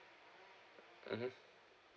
mmhmm